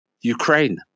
Ukraine